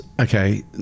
Okay